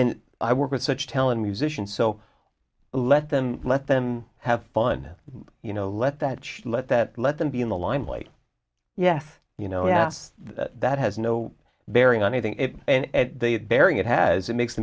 and i work with such talent musicians so let them let them have fun you know let that let that let them be in the limelight yes you know if that has no bearing on anything it and bearing it has it makes